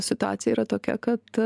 situacija yra tokia kad